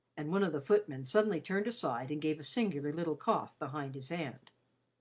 and one of the footmen suddenly turned aside and gave a singular little cough behind his hand.